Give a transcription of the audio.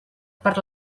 per